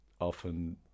often